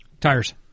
Tires